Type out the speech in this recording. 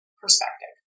perspective